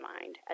mind